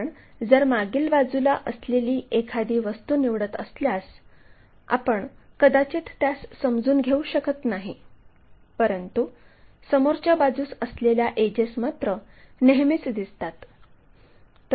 आपण जर मागील बाजूला असलेली एखादी वस्तू निवडत असल्यास आपण कदाचित त्यास समजून घेऊ शकत नाही परंतु समोरच्या बाजूस असलेल्या एडजेस मात्र नेहमीच दिसतात